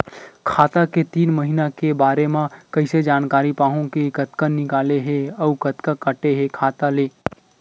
खाता के तीन महिना के बारे मा कइसे जानकारी पाहूं कि कतका निकले हे अउ कतका काटे हे खाता ले?